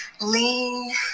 lean